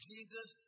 Jesus